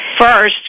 first